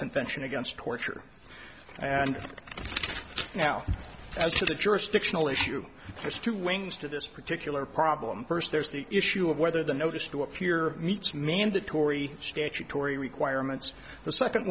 convention against torture and now as to the jurisdictional issue there's two wings to this particular problem first there's the issue of whether the notice to appear meets mandatory statutory requirements the second